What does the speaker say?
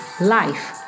life